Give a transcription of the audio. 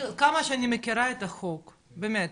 כמה שאני מכירה את החוק באמת,